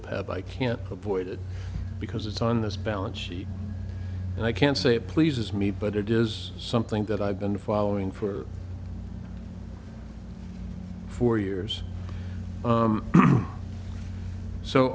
eth i can't avoid it because it's on this balance sheet and i can't say it pleases me but it is something that i've been following for four years